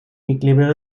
mitglieder